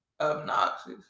obnoxious